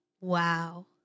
Wow